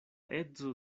edzo